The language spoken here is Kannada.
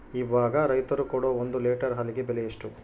ಇವಾಗ ರೈತರು ಕೊಡೊ ಒಂದು ಲೇಟರ್ ಹಾಲಿಗೆ ಬೆಲೆ ಎಷ್ಟು?